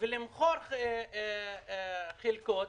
ולמכור חלקות,